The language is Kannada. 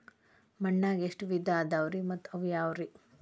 ಮಣ್ಣಾಗ ಎಷ್ಟ ವಿಧ ಇದಾವ್ರಿ ಮತ್ತ ಅವು ಯಾವ್ರೇ?